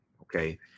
Okay